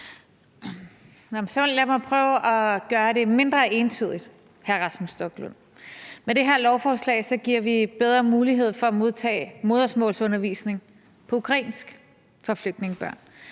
lad mig prøve at gøre det mindre entydigt, hr. Rasmus Stoklund. Med det her lovforslag giver vi bedre mulighed for at modtage modersmålsundervisning på ukrainsk for flygtningebørn,